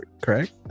correct